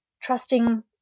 trusting